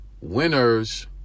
winners